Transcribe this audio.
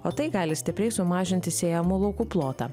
o tai gali stipriai sumažinti sėjamų laukų plotą